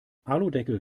aludeckel